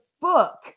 book